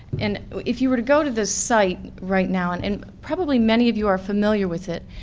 and if you were to go to this site right now, and and probably many of you are familiar with it,